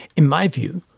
in my view,